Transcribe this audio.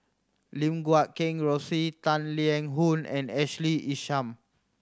Lim Guat Kheng Rosie Tang Liang Hong and Ashley Isham